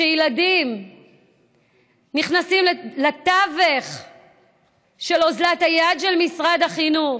שילדים נכנסים לתווך של אוזלת היד של משרד החינוך,